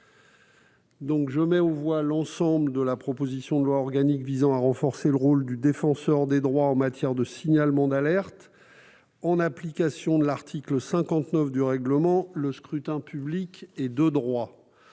la commission, l'ensemble de la proposition de loi organique visant à renforcer le rôle du Défenseur des droits en matière de signalement d'alerte. En application de l'article 59 du règlement, le scrutin public ordinaire est de droit.